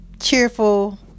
cheerful